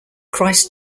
christ